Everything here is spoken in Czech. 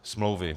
Smlouvy.